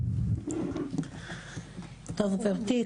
גברתי,